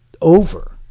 over